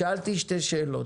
שאלתי שתי שאלות.